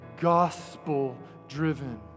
gospel-driven